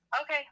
Okay